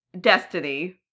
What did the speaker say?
Destiny